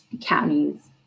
counties